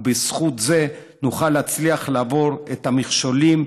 ובזכות זה נוכל להצליח לעבור את המכשולים